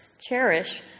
cherish